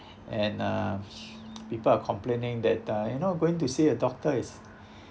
and uh people are complaining that uh you know going to see a doctor is